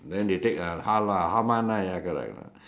then they take uh half lah half month ah like uh ya